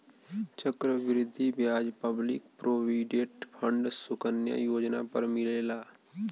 चक्र वृद्धि ब्याज पब्लिक प्रोविडेंट फण्ड सुकन्या योजना पर मिलेला